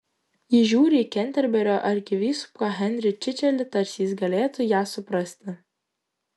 ji žiūri į kenterberio arkivyskupą henrį čičelį tarsi jis galėtų ją suprasti